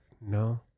no